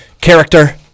character